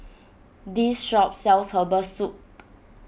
this shop sells Herbal Soup